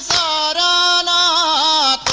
ah da da